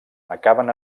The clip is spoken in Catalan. acaben